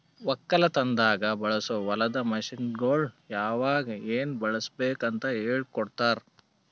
ಒಕ್ಕಲತನದಾಗ್ ಬಳಸೋ ಹೊಲದ ಮಷೀನ್ಗೊಳ್ ಯಾವಾಗ್ ಏನ್ ಬಳುಸಬೇಕ್ ಅಂತ್ ಹೇಳ್ಕೋಡ್ತಾರ್